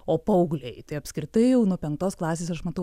o paaugliai tai apskritai jau nuo penktos klasės aš matau